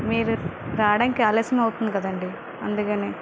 మీరు రావడానికి ఆలస్యం అవుతుంది కదా అండి అందుకనే